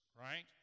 right